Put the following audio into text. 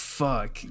fuck